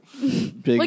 big